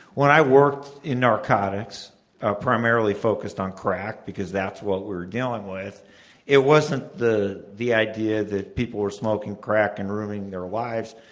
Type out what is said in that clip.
when i worked in narcotics ah primarily focused on crack, because that's what we were dealing with it wasn't the the idea that people were smoking crack and ruining their lives,